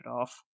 off